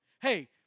hey